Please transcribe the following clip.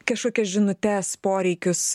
kažkokias žinutes poreikius